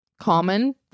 common